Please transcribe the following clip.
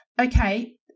okay